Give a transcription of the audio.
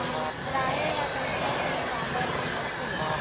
राहेर ह कइसन दिन बादर म होथे?